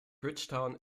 bridgetown